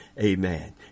Amen